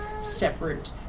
separate